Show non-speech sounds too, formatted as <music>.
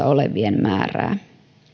<unintelligible> olevien määrää